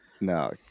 No